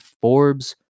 Forbes